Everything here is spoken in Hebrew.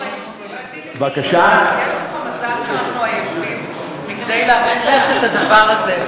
יש לך מזל שאנחנו עייפים מכדי להפריך את הדבר הזה,